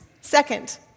Second